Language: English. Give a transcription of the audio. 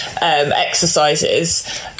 exercises